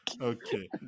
Okay